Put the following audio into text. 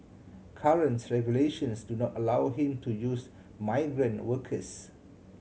currents regulations do not allow him to use migrant workers